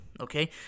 okay